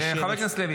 7,